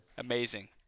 Amazing